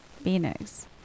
Phoenix